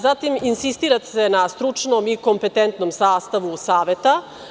Zatim, insistira se na stručnom i kompetentnom sastavu saveta.